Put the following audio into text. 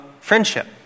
friendship